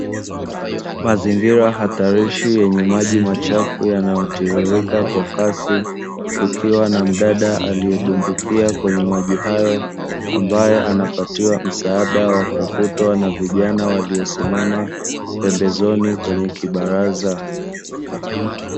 Mazingira hatarishi yenye maji machafu yanayotiririka kwa kasi, kukiwa na mdada aliyedumbukia kwenye maji hayo ambaye anapatiwa msaada wa kuvutwa na vijana waliosimama pembezoni kwenye kibaraza.